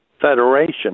Federation